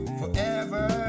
forever